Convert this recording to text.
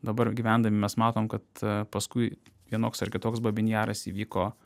dabar gyvendami mes matom kad paskui vienoks ar kitoks babyn jaras įvyko